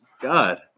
God